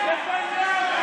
אתה בושה לצרפתים.